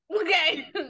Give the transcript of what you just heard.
Okay